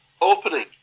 opening